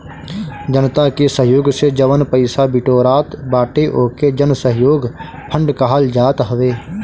जनता के सहयोग से जवन पईसा बिटोरात बाटे ओके जनसहयोग फंड कहल जात हवे